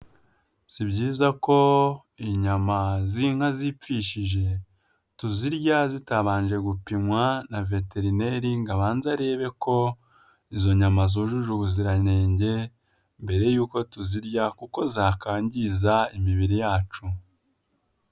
Si byiza ko inyama z'inka zipfishije tuzirya zitabanje gupimwa na veterineri ngo abanze arebe ko izo nyama zujuje ubuziranenge mbere y'uko tuzirya kuko zakangiza imibiri yacu.